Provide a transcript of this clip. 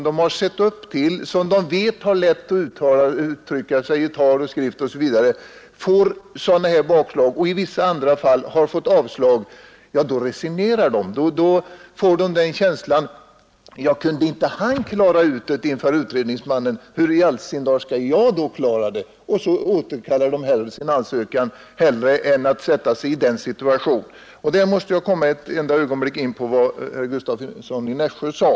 De har sett upp till honom, de vet att han har lätt att uttrycka sig i tal och skrift, men han har ändå fått avslag. De tänker då: Kunde inte han klara saken inför utredningsmannen, hur skall då vi kunna klara den? Så återkallar de sin ansökan hellre än att få ett avslag. Här måste jag ett ögonblick komma in på vad herr Gustavsson i Nässjö sade.